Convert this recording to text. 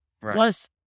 Plus